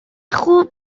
خوب